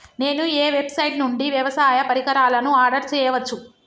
నేను ఏ వెబ్సైట్ నుండి వ్యవసాయ పరికరాలను ఆర్డర్ చేయవచ్చు?